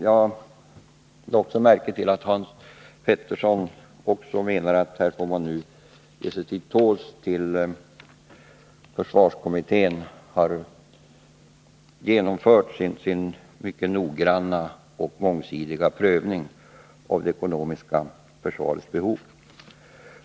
Jag lade också märke till att Hans Petersson menade att vi nu får ge oss till tåls tills försvarskommittén genomfört sin mycket noggranna och mångsidiga prövning av det ekonomiska försvarets behov.